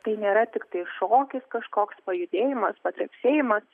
tai nėra tiktai šokis kažkoks pajudėjimas patrepsėjimas